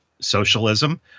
socialism